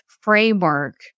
framework